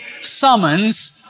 summons